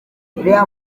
uriya